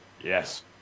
Yes